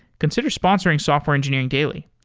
consider sponsoring software engineering daily.